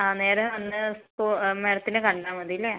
ആ നേരെ വന്ന് ഇപ്പോൾ മാഡത്തിനെ കണ്ടാൽ മതിയല്ലേ